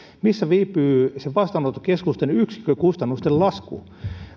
missä viipyy se vastaanottokeskusten yksikkökustannusten lasku